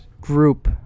group